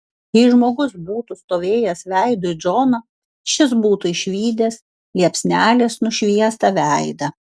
jei žmogus būtų stovėjęs veidu į džoną šis būtų išvydęs liepsnelės nušviestą veidą